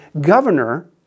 governor